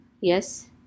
yes